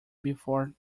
before